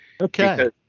okay